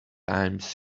times